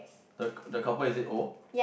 the the couple is it old